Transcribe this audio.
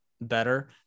better